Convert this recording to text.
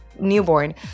newborn